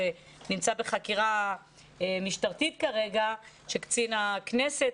זה נמצא בחקירה משטרתית כרגע של קצין הכנסת.